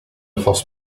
force